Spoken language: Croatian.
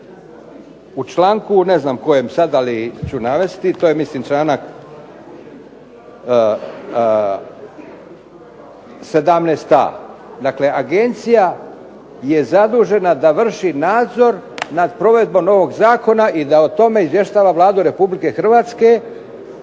će vršiti nadzor nad provedbom ovog zakona. U članku 17.a, dakle agencija je zadužena da vrši nadzor nad provedbom ovog zakona i da o tome izvještava Vladu Republike Hrvatske,